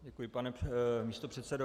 Děkuji, pane místopředsedo.